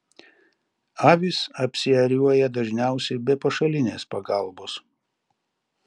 avys apsiėriuoja dažniausiai be pašalinės pagalbos